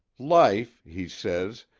life, he says,